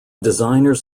designers